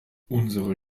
unsere